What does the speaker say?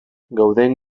gauden